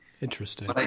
Interesting